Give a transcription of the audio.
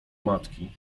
matki